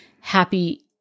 Happy